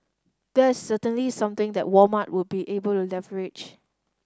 that is certainly something that Walmart would be able to leverage